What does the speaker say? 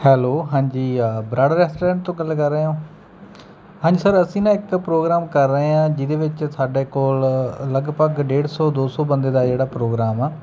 hello ਹਾਂਜੀ Brar restaurant ਤੋਂ ਗੱਲ ਕਰ ਰਹੇ ਹੋ ਹਾਂਜੀ ਸਰ ਅਸੀਂ ਨਾ ਇੱਕ ਪ੍ਰੋਗਰਾਮ ਕਰ ਰਹੇ ਹਾਂ ਜਿਹਦੇ ਵਿੱਚ ਸਾਡੇ ਕੋਲ ਲਗਭਗ ਡੇਢ ਸੌ ਦੋ ਸੌ ਬੰਦੇ ਦਾ ਜਿਹੜਾ ਪ੍ਰੋਗਰਾਮ ਆ